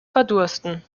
verdursten